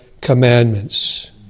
commandments